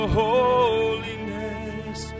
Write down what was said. holiness